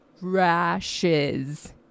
rashes